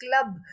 Club